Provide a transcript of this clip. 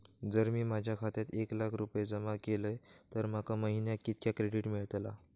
जर मी माझ्या खात्यात एक लाख रुपये जमा केलय तर माका महिन्याक कितक्या क्रेडिट मेलतला?